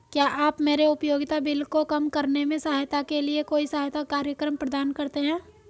क्या आप मेरे उपयोगिता बिल को कम करने में सहायता के लिए कोई सहायता कार्यक्रम प्रदान करते हैं?